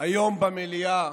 היום במליאה